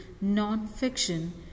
non-fiction